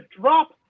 drop